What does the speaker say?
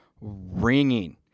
ringing